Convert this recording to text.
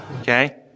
Okay